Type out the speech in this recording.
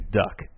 duck